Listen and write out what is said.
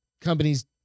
companies